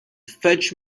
fetch